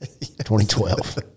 2012